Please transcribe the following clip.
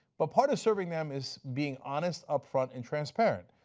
but part of serving them is being honest upfront and transparent.